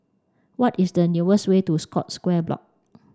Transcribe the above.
what is the way to Scotts Square Block